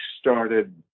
started